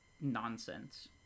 nonsense